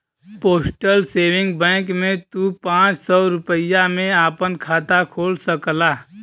postal saving bank में तू पांच सौ रूपया में आपन खाता खोल सकला